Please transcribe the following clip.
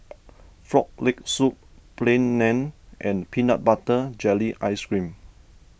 Frog Leg Soup Plain Naan and Peanut Butter Jelly Ice Cream